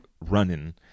running